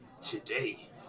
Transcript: today